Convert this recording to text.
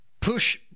push